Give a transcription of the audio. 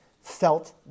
felt